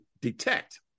detect